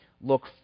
look